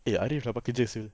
eh arif dapat kerja sir